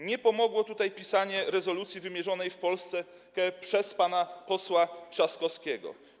Nie pomogło pisanie rezolucji wymierzonej w Polskę przez pana posła Trzaskowskiego.